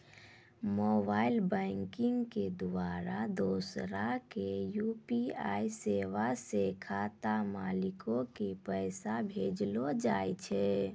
mobile banking के द्वारा दोसरा के यू.पी.आई सेबा से खाता मालिको के पैसा भेजलो जाय छै